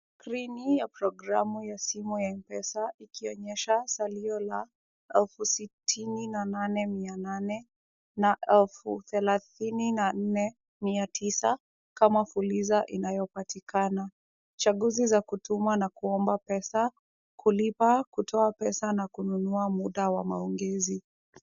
screen ya programu ya simu ya M-pesa, ikionyesha salio la elfu sitini na nane mia nane, na elfu thelathini na nne mia tisa, kama fuliza inayopatikana. Chaguzi za kutuma na kuomba pesa, kulipa, kutoa pesa na kununua muda wa maongezi.